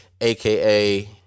aka